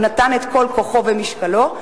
הוא נתן את כל כוחו ומשקלו,